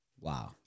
Wow